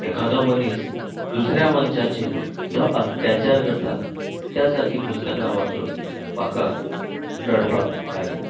एकादो मनीस दुसऱ्या मनशाचेर जो अत्याचार करता त्या सारकीं पुस्तकां वाचून म्हाका रडपाक आयलें